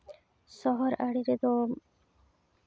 ᱥᱚᱦᱚᱨ ᱟᱲᱮ ᱨᱮᱫᱚ